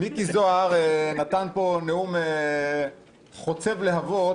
מיקי זוהר נתן פה נאום חוצב להבות,